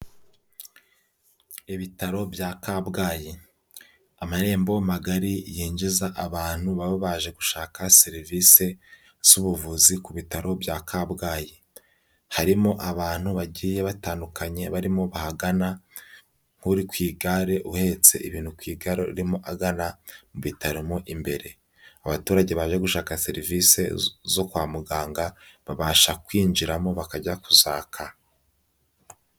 Ibitaro bya Kabgayi, amarembo magari yinjiza abantu baba baje gushaka serivisi z'ubuvuzi ku bitaro bya Kabgayi. Harimo abantu bagiye batandukanye barimo bahagana uri ku igare uhetse ibintu ku igare urimo agana mu bitaro mo imbere. Abaturage baje gushaka serivise zo kwa muganga babasha kwinjiramo bakajya kuzaka.